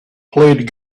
played